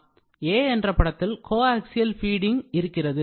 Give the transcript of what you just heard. a என்ற படத்தில் coaxial feeding இருக்கிறது